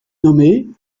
nommée